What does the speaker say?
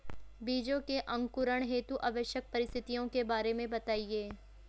बीजों के अंकुरण हेतु आवश्यक परिस्थितियों के बारे में बताइए